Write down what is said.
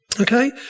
okay